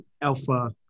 Alpha